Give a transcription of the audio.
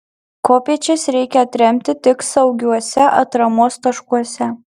kopėčias reikia atremti tik saugiuose atramos taškuose